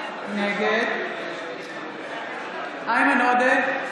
נגד איימן עודה,